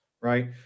right